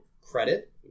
credit